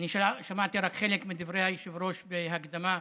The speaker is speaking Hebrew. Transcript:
רק חלק מדברי היושב-ראש בהקדמה,